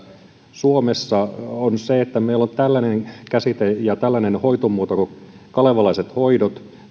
suomessa on se että meillä on tällainen käsite ja tällainen hoitomuoto kuin kalevalaiset hoidot